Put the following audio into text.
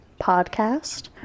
podcast